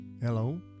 Hello